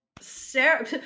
Sarah